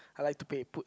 I like to pay put